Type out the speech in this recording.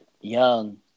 young